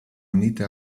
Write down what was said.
unite